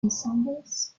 ensembles